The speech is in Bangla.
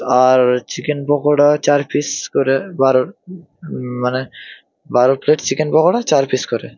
আর চিকেন পকোড়া চার পিস করে বারো মানে বারো প্লেট চিকেন পকোড়া চার পিস করে